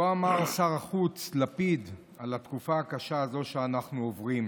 כה אמר שר החוץ לפיד על התקופה הקשה הזו שאנחנו עוברים,